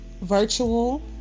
virtual